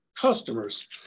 customers